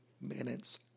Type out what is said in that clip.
minutes